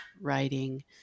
writing